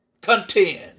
contend